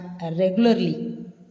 regularly